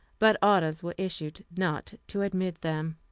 but orders were issued not to admit them.